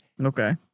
Okay